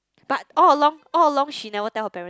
but all along all along she never tell her parents